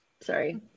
Sorry